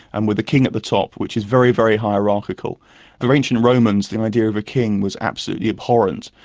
and with the king at the top which is very, very hierarchical the ancient romans the idea of a king was absolutely abhorrent,